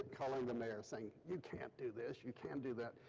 calling the mayor saying, you can't do this. you can't do that.